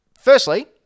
Firstly